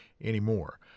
anymore